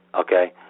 okay